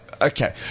Okay